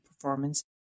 performance